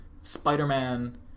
Spider-Man